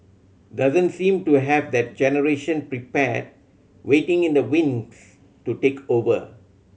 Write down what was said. doesn't seem to have that generation prepared waiting in the wings to take over